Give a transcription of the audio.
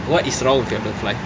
what is wrong with your love life